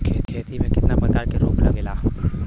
खेती में कितना प्रकार के रोग लगेला?